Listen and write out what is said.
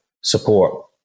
support